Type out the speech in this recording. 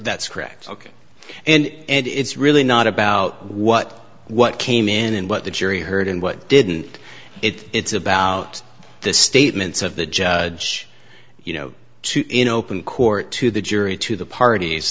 that's correct ok and it's really not about what what came in and what the jury heard and what didn't it it's about the statements of the judge you know in open court to the jury to the parties